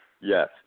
Yes